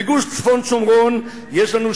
בגוש צפון השומרון יש לנו,